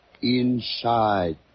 Inside